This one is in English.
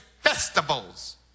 festivals